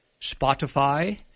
Spotify